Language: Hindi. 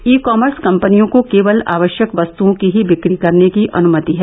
ई कॉमर्स कंपनियों को केवल आवश्यक वस्त्ओं की ही बिक्री करने की अनुमति है